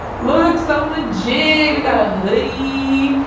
looks so legit. we gotta hoodie.